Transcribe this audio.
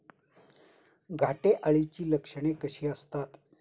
घाटे अळीची लक्षणे कशी असतात?